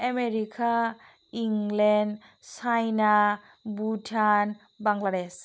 America England China Bhutan Bangladesh